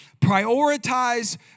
prioritize